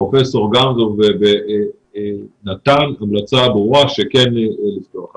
שפרופסור גמזו נתן המלצה ברורה כן לפתוח.